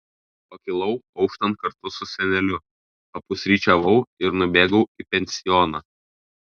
pakilau auštant kartu su seneliu papusryčiavau ir nubėgau į pensioną